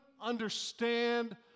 understand